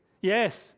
Yes